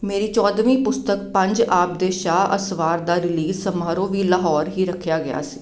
ਮੇਰੀ ਚੌਦਵੀਂ ਪੁਸਤਕ ਪੰਜ ਆਬ ਦੇ ਸ਼ਾਹ ਅਸਵਾਰ ਦਾ ਰਿਲੀਜ ਸਮਾਰੋਹ ਵੀ ਲਾਹੌਰ ਹੀ ਰੱਖਿਆ ਗਿਆ ਸੀ